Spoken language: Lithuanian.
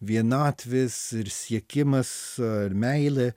vienatvės ir siekimas ir meilė